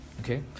okay